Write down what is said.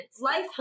life